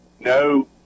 No